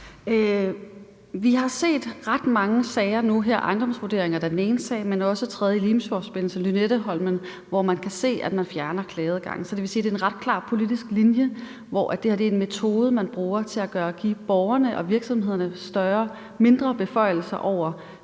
er også den tredje Limfjordsforbindelse og Lynetteholmen – hvor man kan se, at man fjerner klageadgangen. Så det vil sige, at der er en ret klar politisk linje, hvor det her er en metode, man bruger til at give borgerne og virksomhederne mindre beføjelser over